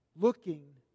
looking